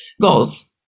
goals